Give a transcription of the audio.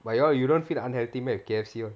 but you all you don't feed the unhealthy meh the K_F_C [one]